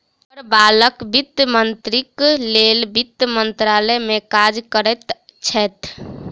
हुनकर बालक वित्त मंत्रीक लेल वित्त मंत्रालय में काज करैत छैथ